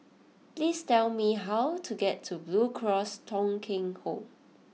please tell me how to get to Blue Cross Thong Kheng Home